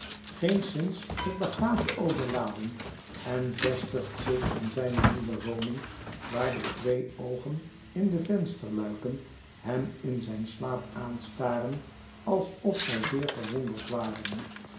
geenszins met bagage overladen en vestigt zich in zijne nieuwe woning waar de twee oogen in de vensterluiken hem in zijn slaap aanstaren alsof zij zeer verwonderd waren